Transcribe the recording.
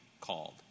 called